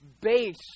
base